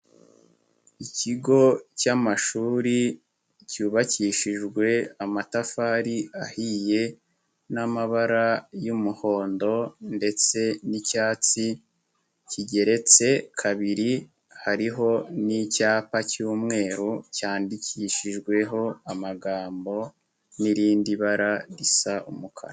Ikigo cy'amashuri cyubakishijwe amatafari ahiye n'amabara y'umuhondo ndetse n'icyatsi, kigeretse kabiri hariho n'icyapa cy'umweru cyandikishijweho amagambo n'irindi bara risa umukara.